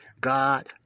God